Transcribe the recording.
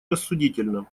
рассудительно